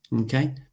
Okay